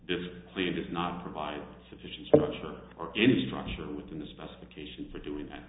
does not provide sufficient structure or any structure within the specifications for doing that